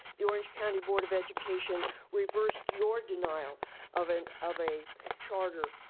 the orange county board of education reversed your denial of and of a charter,